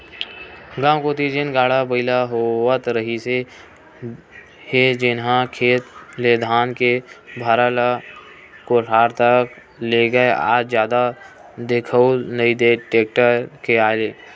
गाँव कोती जेन गाड़ा बइला होवत रिहिस हे जेनहा खेत ले धान के भारा ल कोठार तक लेगय आज जादा दिखउल नइ देय टेक्टर के आय ले